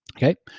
okay.